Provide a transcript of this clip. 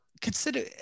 consider